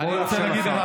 אני רוצה להגיד לך,